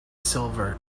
silver